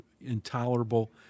intolerable